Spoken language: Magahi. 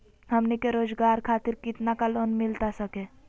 हमनी के रोगजागर खातिर कितना का लोन मिलता सके?